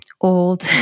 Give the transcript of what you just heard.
old